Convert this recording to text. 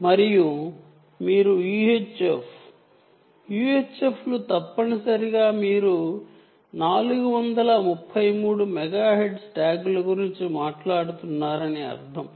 మీరు UHF లు కలిగి ఉన్నారంటే తప్పనిసరిగా 433 మెగాహెర్ట్జ్ ట్యాగ్ల గురించి మాట్లాడుతున్నారని అర్థం